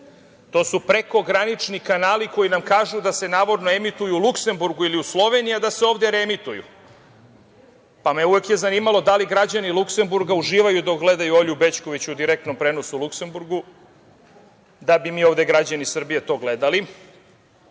To su prekogranični kanali koji nam kažu da se navodno emituju u Luksemburgu ili u Sloveniji, a da se ovde reemituju, pa me je uvek zanimalo da li građani Luksemburga uživaju dok gledaju Olju Bećković u direktnom prenosu u Luksemburgu, da bi mi ovde građani Srbije to gledali.Zašto